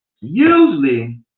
usually